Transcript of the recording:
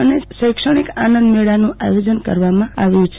તેમજ શૈક્ષણિક આનંદમેળાનું આયોજન કરવામાં આવ્યુ છે